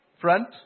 front